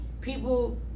people